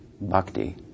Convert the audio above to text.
bhakti